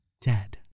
dead